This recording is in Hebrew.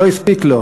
לא הספיק לו.